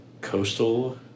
Coastal